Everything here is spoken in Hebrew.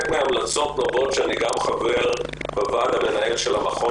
נובעות מכך שאני גם חבר בוועד המנהל של המכון